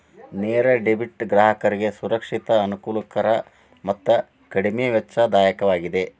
ನೇರ ಡೆಬಿಟ್ ಗ್ರಾಹಕರಿಗೆ ಸುರಕ್ಷಿತ, ಅನುಕೂಲಕರ ಮತ್ತು ಕಡಿಮೆ ವೆಚ್ಚದಾಯಕವಾಗಿದೆ